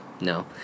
No